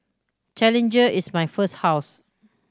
challenger is my first house